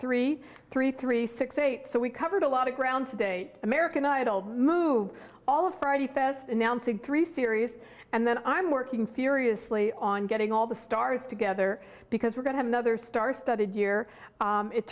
three three three six eight so we covered a lot of ground today american idol move all of friday fest announcing three series and then i'm working furiously on getting all the stars together because we're going to another star studded year